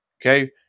okay